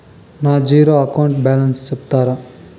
నా zero account balance సెప్తారా?